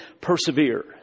persevere